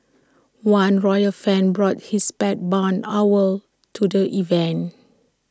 one royal fan brought his pet barn owl to the event